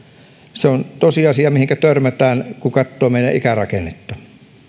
se on tosiasia mihinkä törmätään kun katsoo meidän ikärakennetta